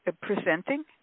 presenting